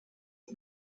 und